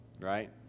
right